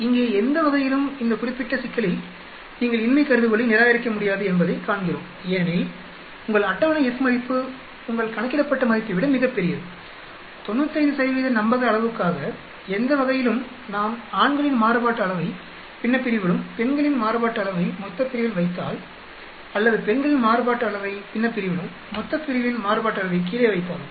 இங்கே எந்த வகையிலும் இந்த குறிப்பிட்ட சிக்கலில் நீங்கள் இன்மை கருதுகோளை நிராகரிக்க முடியாது என்பதைக் காண்கிறோம் ஏனெனில் உங்கள் அட்டவணை F மதிப்பு உங்கள் கணக்கிடப்பட்ட மதிப்பை விட மிகப் பெரியது 95 நம்பக அளவுக்காக எந்த வகையிலும் நாம் ஆண்களின் மாறுபாட்டு அளவை பின்னப்பிரிவிலும் பெண்களின் மாறுபாட்டு அளவை மொத்தப்பிரிவில் வைத்தாலும் அல்லது பெண்களின் மாறுபாட்டு அளவை பின்னப்பிரிவிலும் மொத்தப்பிரிவின் மாறுபாட்டு அளவை கீழே வைத்தாலும்